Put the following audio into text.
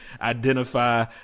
identify